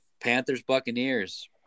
Panthers-Buccaneers